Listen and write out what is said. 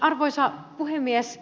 arvoisa puhemies